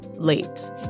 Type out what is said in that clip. late